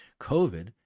COVID